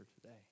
today